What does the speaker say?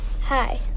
Hi